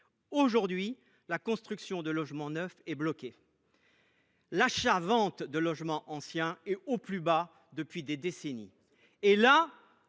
inégalé : la construction de logements neufs est bloquée ; l’achat vente de logements anciens est au plus bas depuis des décennies ; et là,